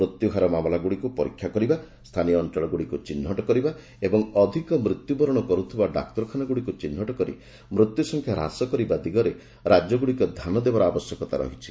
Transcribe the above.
ମୃତ୍ୟୁହାର ମାମଲାଗୁଡ଼ିକୁ ପରୀକ୍ଷା କରିବା ସ୍ଥାନୀୟ ଅଞ୍ଚଳଗୁଡ଼ିକୁ ଚିହ୍ରଟ କରିବା ଓ ଅଧିକ ମୃତ୍ୟୁବରଣ କରୁଥିବା ଡାକ୍ତରଖାନାଗୁଡ଼ିକୁ ଚିହ୍ରଟ କରି ମୃତ୍ୟୁସଂଖ୍ୟା ହ୍ରାସ କରିବା ଦିଗରେ ରାଜ୍ୟଗୁଡ଼ିକ ଧ୍ୟାନ ଦେବାର ଆବଶ୍ୟକତା ରହିଛି